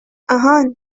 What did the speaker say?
آهان